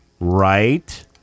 Right